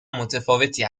متفاوتی